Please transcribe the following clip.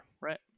right